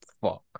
Fuck